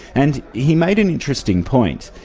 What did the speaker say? and he made an interesting point,